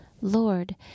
Lord